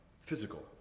Physical